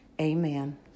Amen